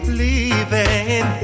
leaving